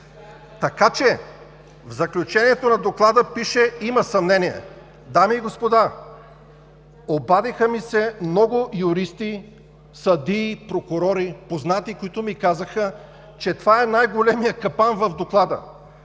така че в заключението на доклада пише: „има съмнение“. Дами и господа, обадиха ми се много юристи, съдии, прокурори, познати, които ми казаха, че това е най-големият капан в доклада.